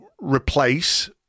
replace